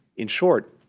in short,